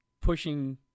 pushing